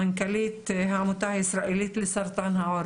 מנכ"לית העמותה הישראלית לסרטן העור,